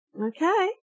Okay